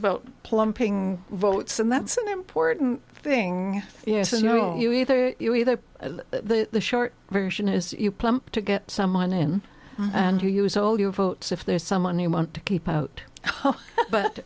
about plumping votes and that's an important thing yes is no you either you either the short version is you plump to get someone in and you use all your votes if there's someone you want to keep out but